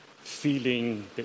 feeling